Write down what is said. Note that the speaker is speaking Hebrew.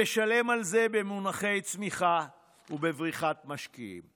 נשלם על זה במונחי צמיחה ובבריחת משקיעים.